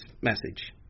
message